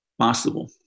possible